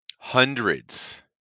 hundreds